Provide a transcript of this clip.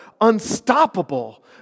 unstoppable